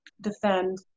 defend